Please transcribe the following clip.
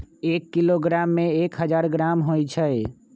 एक किलोग्राम में एक हजार ग्राम होई छई